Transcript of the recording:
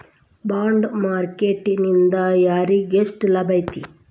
Bond market ನಿಂದಾ ಯಾರಿಗ್ಯೆಷ್ಟ್ ಲಾಭೈತಿ?